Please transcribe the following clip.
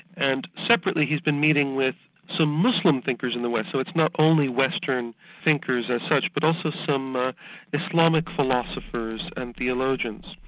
and separately he's been meeting with some muslim thinkers in the west, so it's not only western thinkers as such, but also some ah islamic philosophers and theologians,